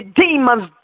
demons